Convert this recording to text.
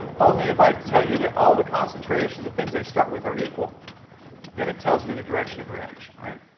only if i tell you that all the concentrations of things i start with are equal then it tells me the direction of a reaction, right?